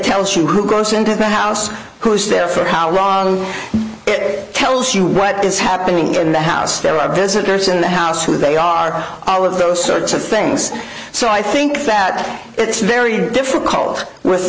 the house who's there for how wrong it tells you what is happening in the house there are visitors in the house who they are all of those sorts of things so i think that it's very difficult with